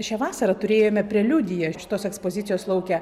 šią vasarą turėjome preliudiją šitos ekspozicijos lauke